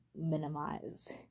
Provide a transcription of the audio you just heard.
minimize